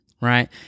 right